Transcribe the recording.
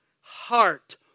heart